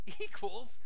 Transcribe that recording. equals